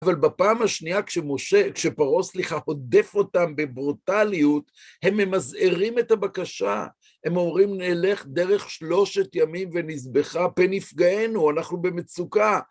אבל בפעם השנייה, כשמשה... כשפרעה סליחה הודף אותם בברוטליות, הם ממזערים את הבקשה, הם אומרים נהלך דרך שלושת ימים ונזבחה, פן יפגענו, אנחנו במצוקה.